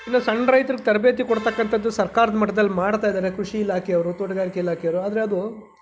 ಇನ್ನೂ ಸಣ್ಣ ರೈತ್ರಿಗೆ ತರಬೇತಿ ಕೊಡತಕ್ಕಂಥದ್ದು ಸರ್ಕಾರದ ಮಟ್ದಲ್ಲಿ ಮಾಡ್ತಾಯಿದ್ದಾರೆ ಕೃಷಿ ಇಲಾಖೆಯವರು ತೋಟಗಾರಿಕೆ ಇಲಾಖೆಯವರು ಆದರೆ ಅದು